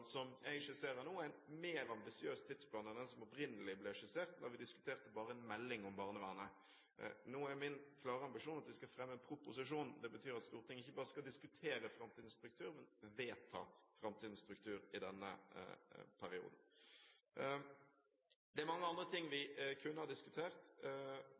som jeg skisserer nå, er en mer ambisiøs tidsplan enn den som opprinnelig ble skissert da vi diskuterte bare en melding om barnevernet. Nå er min klare ambisjon at vi skal fremme en proposisjon. Det betyr at Stortinget ikke bare skal diskutere framtidens struktur, men vedta framtidens struktur i denne perioden. Det er mange andre ting vi kunne ha diskutert.